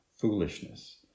foolishness